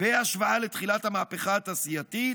בהשוואה לתחילת המהפכה התעשייתית,